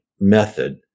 method